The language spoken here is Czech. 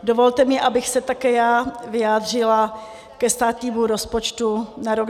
Dovolte mi, abych se také já vyjádřila ke státnímu rozpočtu na rok 2018.